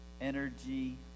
energy